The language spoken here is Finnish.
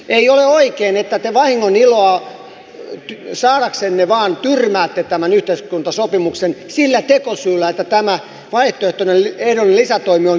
ei ole oikein että te vahingoniloa saadaksenne vain tyrmäätte tämän yhteiskuntasopimuksen sillä tekosyyllä että tämä vaihtoehdollinen lisätoimi on kiristyslista